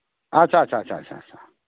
ᱟᱪᱪᱷᱟ ᱟᱪᱪᱷᱟ ᱟᱪᱪᱷᱟ ᱟᱪᱪᱷᱟ